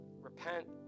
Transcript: repent